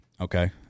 Okay